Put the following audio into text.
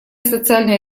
социальная